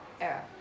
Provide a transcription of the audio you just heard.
Era